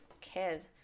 kid